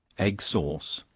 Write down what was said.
egg sauce.